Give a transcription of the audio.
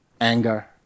anger